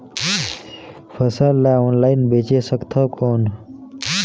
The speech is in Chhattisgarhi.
फसल ला ऑनलाइन बेचे सकथव कौन?